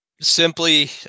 simply